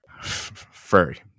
Furry